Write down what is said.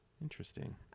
Interesting